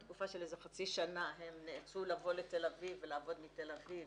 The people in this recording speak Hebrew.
בתקופה של איזה חצי שנה הם נאלצו לבוא לתל אביב ולעבוד מתל אביב